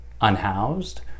unhoused